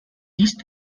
these